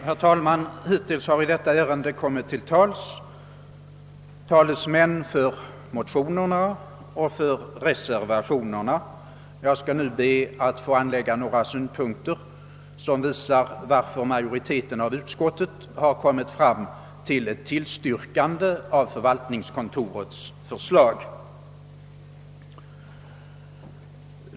Herr talman! Hittills har i detta ärende kommit till tals talesmän för motionerna och reservationen. Jag skall nu be att få anföra några synpunkter som visar varför majoriteten i utskottet har kommit fram till ett tillstyrkande av förvaltningskontorets förslag.